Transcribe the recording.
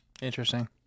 Interesting